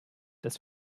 dass